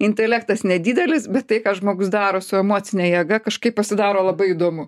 intelektas nedidelis bet tai ką žmogus daro su emocine jėga kažkaip pasidaro labai įdomu